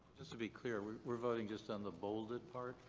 just to be clear, we're we're voting just on the bolded part?